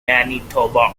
manitoba